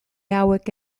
hauek